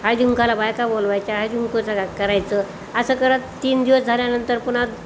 हळदीकुंकाला बायका बोलवायच्या हळदीकुंकूचं करायचं असं करत तीन दिवस झाल्यानंतर पुन्हा